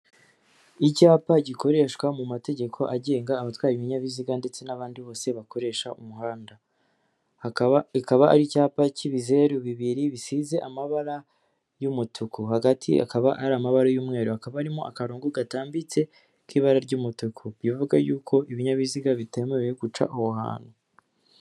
Icyapa gikoreshwa mu mategeko agenga abatwara ibinyabiziga ndetse n'abandi bose bakoresha umuhandaba. Ikaba ari icyapa k'ibizeru bibiri bisize amabara y'umutuku hagati akaba ari amabara y'umweru. Hakaba harimo akarongo katambitse k'ibara ry'umutuku bivuga yuko ibinyabiziga bitemewe guca aho hantu.